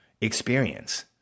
experience